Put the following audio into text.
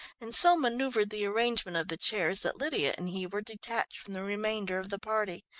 and so manoeuvred the arrangement of the chairs that lydia and he were detached from the remainder of the party,